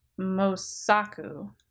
Mosaku